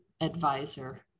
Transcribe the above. advisor